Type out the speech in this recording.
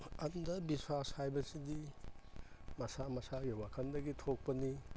and ꯕꯤꯁꯋꯥꯁ ꯍꯥꯏꯕꯁꯤꯗꯤ ꯃꯁꯥ ꯃꯁꯥꯒꯤ ꯋꯥꯈꯟꯗꯒꯤ ꯊꯣꯛꯄꯅꯤ